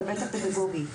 בהיבט הפדגוגי,